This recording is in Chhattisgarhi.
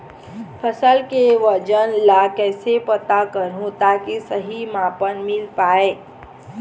फसल के वजन ला कैसे पता करहूं ताकि सही मापन मील पाए?